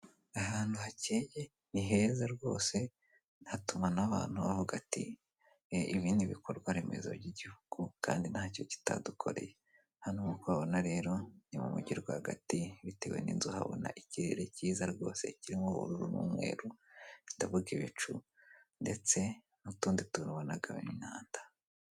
Ahantu hakeye ni heza rwose hatuma n'abantu bavuga ati ibindi bikorwa remezo by'igihugu kandi ntacyo kitadukoreye, hano nk'uko uhabona rero ni mu mujyi rwagati bitewe n'inzu, uhabona ikirere cyiza rwose kirimo umweru ndavuga ibicu ndetse n'utundi tuntu dutaste umuhanda.